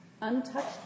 untouched